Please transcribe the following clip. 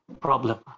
problem